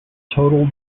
total